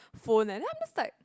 phone leh then I'm just like